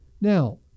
Now